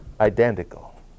identical